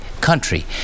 country